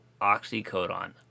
oxycodone